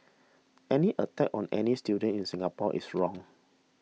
any attack on any student in Singapore is wrong